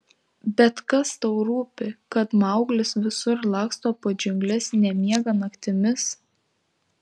bet kas tau rūpi kad mauglis visur laksto po džiungles nemiega naktimis